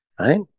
right